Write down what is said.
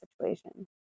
situation